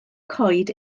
coed